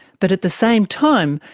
but at the same time,